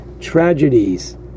tragedies